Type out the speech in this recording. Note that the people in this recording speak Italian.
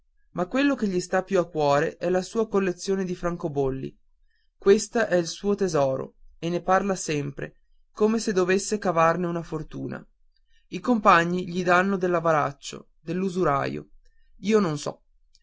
ma quello che gli sta più a cuore è la sua collezione di francobolli questa è il suo tesoro e ne parla sempre come se dovesse cavarne una fortuna i compagni gli danno dell'avaraccio dell'usuraio io non so